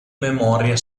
memoria